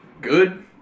Good